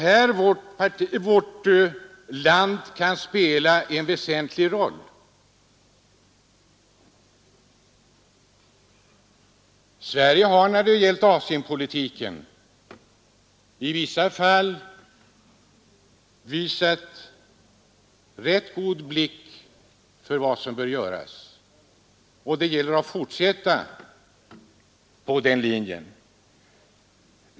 Här kan vårt land spela en väsentlig roll. Sverige har när det gällt Asienpolitiken i vissa fall visat rätt god blick för vad som bör göras, och det gäller att fortsätta på den linjen.